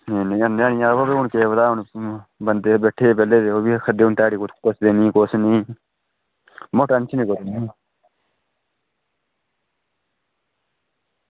नेईं नेईं आह्नेआ निं ऐ बा केह् पता हून बंदे बैठे दे बेह्ले ते ओह् बी आक्खा दे हून ध्याड़ी कुत्थ कुस देनी कुस नेईं में टेंशन कोई निं ऐ